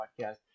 Podcast